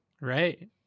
Right